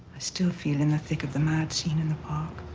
still feel in the thick of the mad scene in the park.